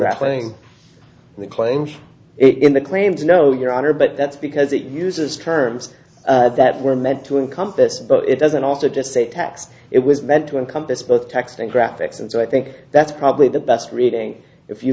unraveling the claim it in the claims no your honor but that's because it uses terms that were meant to encompass but it doesn't also just say tax it was meant to encompass both text and graphics and so i think that's probably the best reading if you